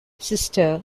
sister